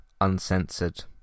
Uncensored